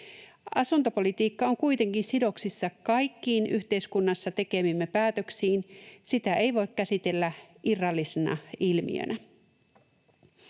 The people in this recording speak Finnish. Asuntopolitiikka on kuitenkin sidoksissa kaikkiin yhteiskunnassa tekemiimme päätöksiin. Sitä ei voi käsitellä irrallisena ilmiönä.